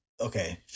okay